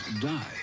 die